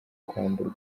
kwamburwa